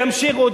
ימשיכו,